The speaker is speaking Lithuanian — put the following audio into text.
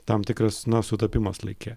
tam tikras na sutapimas laike